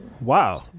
Wow